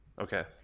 okay